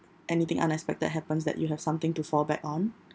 anything unexpected happens that you have something to fall back on